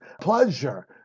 pleasure